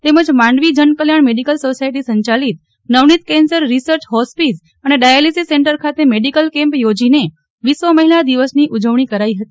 તેમજ Mandvi Jankalyan medical society સંચાલિત નવનોત કેન્સર રીસર્ચ હોરપોશ અને ડાયા લીસોસ સેન્ટર ખાતે મેડીકલ કેમ્પ યોજોને વિશ્વ મહિલા દિવસની ઉજવણી કરાઈ હતી